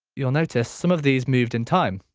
you'll notice some of these moved in time.